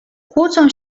kłócą